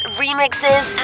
remixes